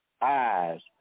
eyes